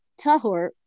tahor